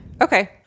Okay